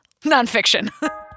nonfiction